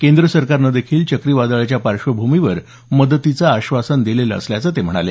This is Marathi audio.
केंद्र सरकारनं देखील चक्रीवादळाच्या पार्श्वभूमीवर मदतीचं आश्वासन दिलेलं असल्याचं ते म्हणाले